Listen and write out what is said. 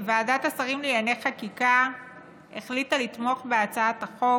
ועדת השרים לענייני חקיקה החליטה לתמוך בהצעת החוק